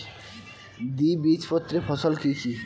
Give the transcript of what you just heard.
দ্বিবীজপত্রী ফসল কি কি?